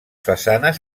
façanes